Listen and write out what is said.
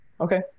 Okay